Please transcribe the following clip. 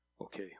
Okay